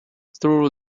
through